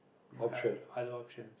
but other options